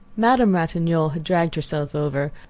madame ratignolle had dragged herself over,